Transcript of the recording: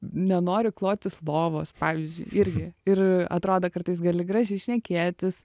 nenori klotis lovos pavyzdžiui irgi ir atrodo kartais gali gražiai šnekėtis